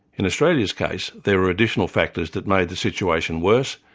in australia's case there were additional factors that made the situation worse,